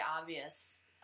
obvious